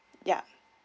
ya